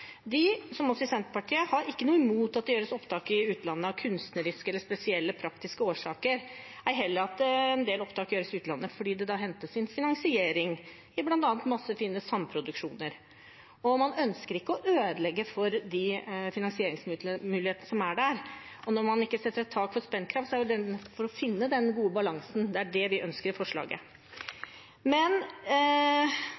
De, som vi i Senterpartiet, har ikke noe imot at det gjøres opptak i utlandet av kunstneriske eller spesielle praktiske årsaker, ei heller at en del opptak gjøres i utlandet fordi det hentes inn finansiering i bl.a. mange fine samproduksjoner. Man ønsker ikke å ødelegge for de finansieringsmulighetene som er der. Når man ikke setter et tak for spendkrav, er det for å finne den gode balansen. Det er det vi ønsker i forslaget.